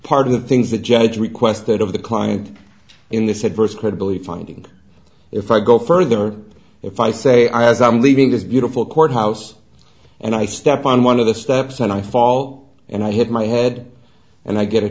part of the things the judge requested of the client in this adverse credibility finding if i go further if i say i as i'm leaving this beautiful courthouse and i step on one of the steps and i fall and i hit my head and i get a